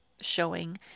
showing